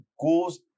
goes